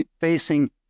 facing